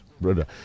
brother